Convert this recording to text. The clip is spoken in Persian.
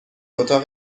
اتاق